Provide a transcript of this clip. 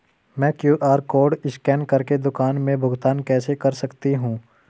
मैं QR code scan कर के दुकान में भुगतान कैसे कर सकती हूँ?